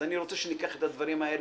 אז אני רוצה שניקח את הדברים האלה,